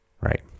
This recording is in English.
right